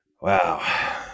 Wow